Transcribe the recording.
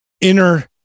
inner